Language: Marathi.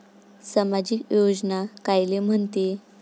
सामाजिक योजना कायले म्हंते?